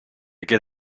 get